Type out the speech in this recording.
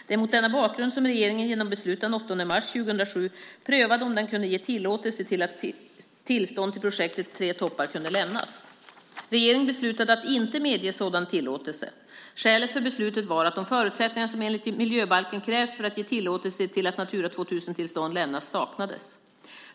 Det är mot denna bakgrund som regeringen genom beslut den 8 mars 2007 prövade om den kunde ge tillåtelse till att tillstånd till projektet Tre toppar kunde lämnas. Regeringen beslutade att inte medge sådan tillåtelse. Skälet för beslutet var att de förutsättningar som enligt miljöbalken krävs för att ge tillåtelse till att Natura 2000-tillstånd lämnas saknades.